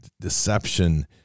deception